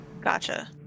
Gotcha